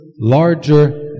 larger